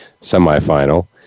semifinal